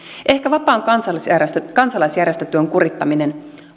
ehkä vapaan kansalaisjärjestötyön kurittaminen